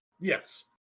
Yes